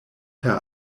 per